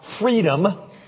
freedom